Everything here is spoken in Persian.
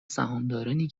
سهامدارنی